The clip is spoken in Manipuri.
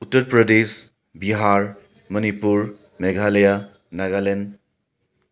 ꯎꯠꯇꯔ ꯄ꯭ꯔꯗꯦꯁ ꯕꯤꯍꯥꯔ ꯃꯅꯤꯄꯨꯔ ꯃꯦꯒꯥꯂꯌꯥ ꯅꯥꯒꯥꯂꯦꯟ